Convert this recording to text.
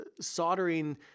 soldering